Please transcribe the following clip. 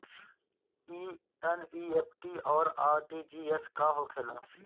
ई एन.ई.एफ.टी और आर.टी.जी.एस का होखे ला?